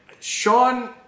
Sean